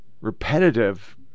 repetitive